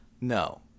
No